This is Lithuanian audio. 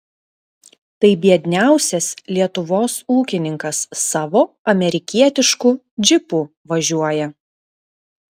tai biedniausias lietuvos ūkininkas savo amerikietišku džipu važiuoja